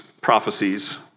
prophecies